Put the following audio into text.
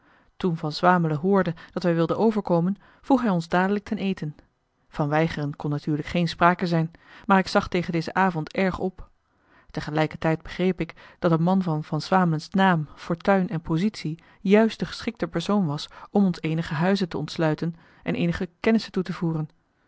toen van swamelen hoorde dat wij wilden overkomen vroeg hij ons dadelijk ten eten van weigeren kon natuurlijk geen sprake zijn maar ik zag tegen deze avond erg op tegelijkertijd begreep ik dat een man van van swamelens naam fortuin en positie juist de geschikte persoon was om ons eenige huizen te onstluiten en eenige kennissen toe te voeren